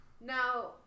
Now